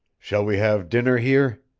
shall we have dinner here?